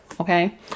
okay